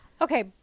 Okay